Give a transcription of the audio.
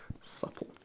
supple